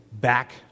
back